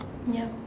ya